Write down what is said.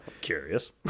Curious